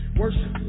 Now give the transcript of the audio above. worship